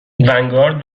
ونگارد